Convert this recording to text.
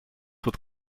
would